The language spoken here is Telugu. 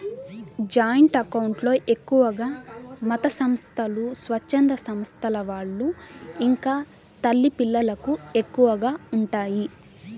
జాయింట్ అకౌంట్ లో ఎక్కువగా మతసంస్థలు, స్వచ్ఛంద సంస్థల వాళ్ళు ఇంకా తల్లి పిల్లలకు ఎక్కువగా ఉంటాయి